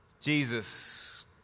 Jesus